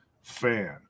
fan